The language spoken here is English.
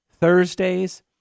Thursdays